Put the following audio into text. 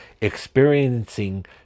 experiencing